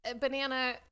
banana